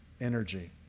energy